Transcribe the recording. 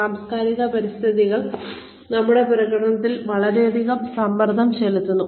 സാംസ്കാരിക പരിതസ്ഥിതികൾ നമ്മുടെ പ്രകടനത്തിൽ വളരെയധികം സമ്മർദ്ദം ചെലുത്തും